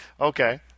Okay